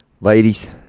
ladies